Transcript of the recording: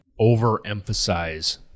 overemphasize